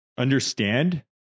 Understand